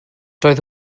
doedd